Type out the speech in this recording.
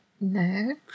No